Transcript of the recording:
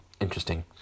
Interesting